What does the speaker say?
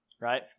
Right